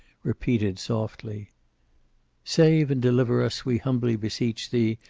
repeated softly save and deliver us, we humbly beseech thee,